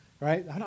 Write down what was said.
right